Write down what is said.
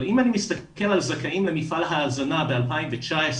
אבל אם אני מסתכל על זכאים למפעל ההזנה ב-2019,